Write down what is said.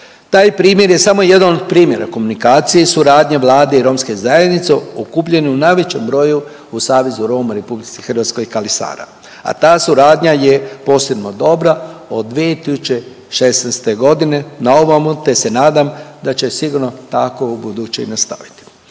Taj primjer je samo jedan od primjera komunikacije, suradnje Vlade i romske zajednice u okupljanju u najvećem broju u Savezu Roma u Republici Hrvatskoj KALI SARA, a ta suradnja je posebno dobra od 2016. godine na ovamo, te se nadam da će sigurno tako u buduće i nastaviti.